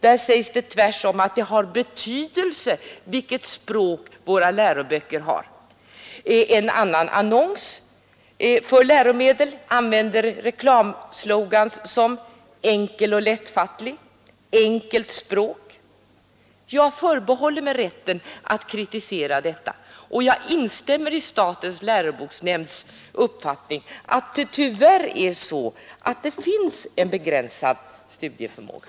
Där sägs det tvärtom att det har betydelse vilket språk våra läroböcker har. Ytterligare en annons för läromedel använder reklamslogan som ”enkel och lättfattlig” och ”enkelt språk”. Jag förbehåller mig rätten att kritisera detta, och jag instämmer i statens läroboksnämnds uppfattning att det tyvärr är så att det finns en begränsad studieförmåga.